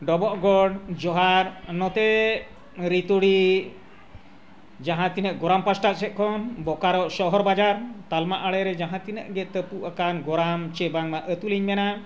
ᱰᱚᱵᱚᱜ ᱜᱚᱰ ᱡᱚᱦᱟᱨ ᱱᱚᱛᱮ ᱨᱤᱛᱩᱰᱤ ᱡᱟᱦᱟᱸ ᱛᱤᱱᱟᱹᱜ ᱜᱚᱨᱟᱢ ᱯᱟᱥᱴᱟ ᱥᱮᱫ ᱠᱷᱚᱱ ᱵᱳᱠᱟᱨᱳ ᱥᱚᱦᱚᱨ ᱵᱟᱡᱟᱨ ᱛᱟᱞᱢᱟ ᱟᱲᱮ ᱨᱮ ᱡᱟᱦᱟᱸ ᱛᱤᱱᱟᱹᱜ ᱜᱮ ᱛᱟᱯᱩᱜ ᱟᱠᱟᱱ ᱜᱚᱨᱟᱢ ᱥᱮ ᱵᱟᱝᱢᱟ ᱟᱛᱳᱞᱤᱧ ᱢᱮᱱᱟ